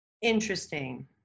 interesting